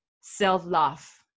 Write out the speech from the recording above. self-love